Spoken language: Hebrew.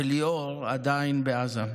וליאור עדיין בעזה.